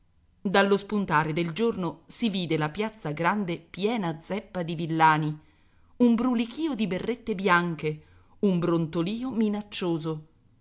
dallo spuntare del giorno si vide la piazza grande piena zeppa di villani un brulichìo di berrette bianche un brontolìo minaccioso